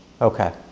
okay